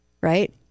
right